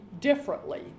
differently